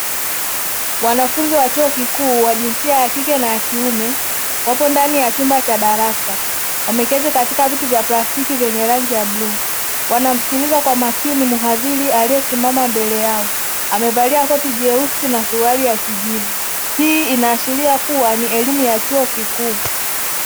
Wanafunzi wa chuo kikuu wa jinsia ya kike na ya kiume wapo ndani ya chumba cha darasa, wameketi katika viti vya plastiki vyenye rangi ya bluu wanamsikiliza kwa makini mhadhiri aliye simama mbele yao, amevalia koti jeusi na suruali ya kijivu. Hii inaashiria kuwa ni elimu ya chuo kikuu.